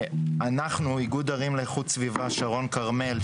אנחנו איגוד ערים לאיכות סביבה שרון כרמל,